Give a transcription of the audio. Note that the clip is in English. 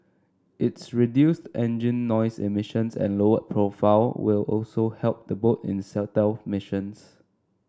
its reduced engine noise emissions and lowered profile will also help the boat in stealth missions